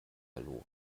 verloren